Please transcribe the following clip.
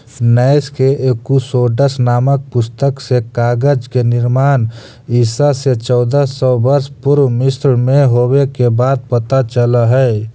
नैश के एकूसोड्स् नामक पुस्तक से कागज के निर्माण ईसा से चौदह सौ वर्ष पूर्व मिस्र में होवे के बात पता चलऽ हई